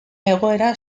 egoera